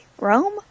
Rome